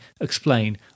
explain